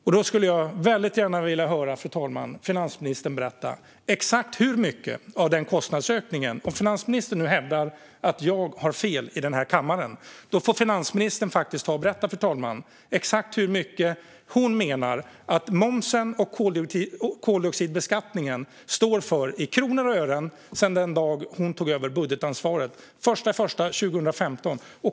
Om finansministern nu hävdar att jag har fel i den här kammaren, fru talman, skulle jag väldigt gärna vilja höra finansministern berätta exakt hur mycket av kostnadsökningen som hon menar att momsen och koldioxidbeskattningen står för i kronor och ören sedan den dag hon tog över budgetansvaret, den 1 januari 2015.